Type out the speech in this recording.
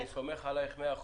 אני סומך עלייך במאה אחוז.